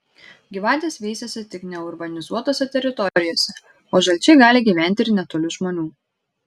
gyvatės veisiasi tik neurbanizuotose teritorijose o žalčiai gali gyventi ir netoli žmonių